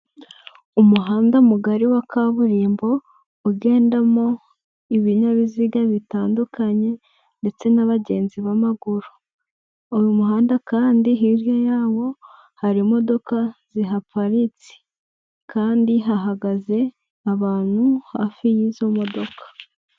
Umuhanda mugari wa kaburimbo ugendamo ibinyabiziga bitandukanye ndetse n'abagenzi b'amaguru, uyu muhanda kandi hirya yawo hari imodoka zihaparitse kandi hahagaze abantu hafi y'izo modoka.